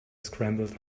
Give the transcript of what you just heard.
scrambled